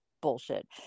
bullshit